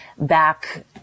back